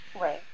right